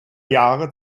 jahre